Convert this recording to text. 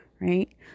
right